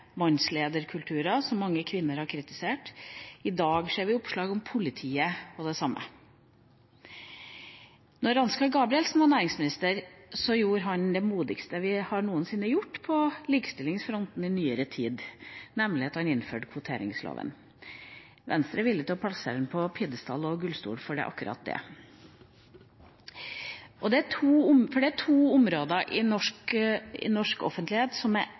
som mange kvinner har kritisert. I dag ser vi oppslag om politiet om det samme. Da Ansgar Gabrielsen var næringsminister, gjorde han det modigste noen noensinne har gjort på likestillingsfronten i nyere tid, nemlig å innføre kvoteringsloven. Venstre er villig til å plassere han på pidestall og gullstol for akkurat det. For det er to områder i norsk offentlighet som er ekstra ille når det gjelder ledelse og kvinner. Det er akademia, som alltid har sakket akterut, og det er